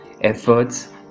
efforts